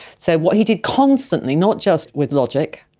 so what he did constantly, not just with logic,